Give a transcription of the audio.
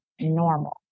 normal